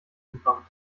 gebracht